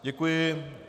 Děkuji.